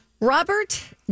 Robert